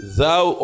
thou